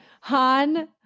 han